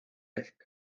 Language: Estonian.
ehk